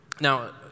Now